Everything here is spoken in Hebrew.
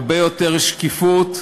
הרבה יותר שקיפות,